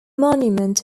monument